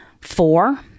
four